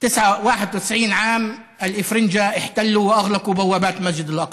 91 שנה הצלבנים כבשו וסגרו את שעריו של אל-אקצא.